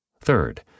Third